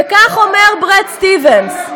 וכך אומר בראד סטיבנס: